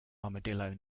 armadillo